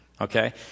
okay